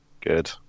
Good